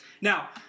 Now